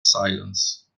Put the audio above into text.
silence